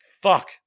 fuck